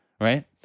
right